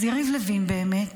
אז יריב לוין באמת